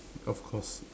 of course